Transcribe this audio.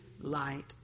light